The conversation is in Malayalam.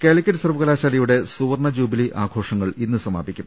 കാലിക്കറ്റ് സർവകലാശാലയുടെ സുവർണജൂബിലി ആഘോഷങ്ങൾ ഇന്ന് സമാപിക്കും